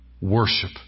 worship